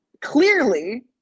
clearly